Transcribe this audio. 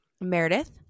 Meredith